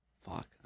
Fuck